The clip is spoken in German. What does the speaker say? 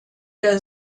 der